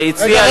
והציע,